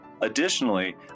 Additionally